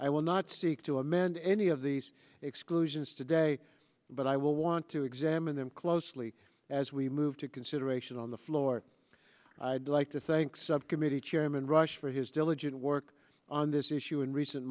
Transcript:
i will not seek to amend any of these exclusions today but i will want to examine them closely as we move to consideration on the floor i'd like to thank subcommittee chairman rush for his diligent work on this issue in recent